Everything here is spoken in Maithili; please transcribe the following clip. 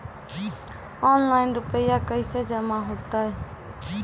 ऑनलाइन रुपये कैसे जमा होता हैं?